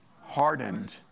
Hardened